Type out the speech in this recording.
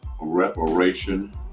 reparation